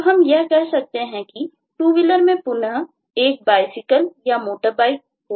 तब हम यह कह सकते हैं कि TwoWheeler में पुनः एक BiCycle या MotorBike हो सकते हैं